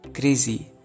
Crazy